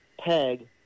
peg